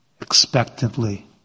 expectantly